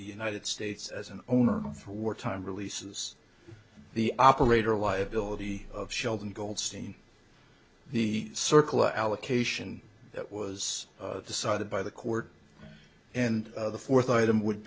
the united states as an owner for wartime releases the operator liability of sheldon goldstein the circle allocation that was decided by the court and the fourth item would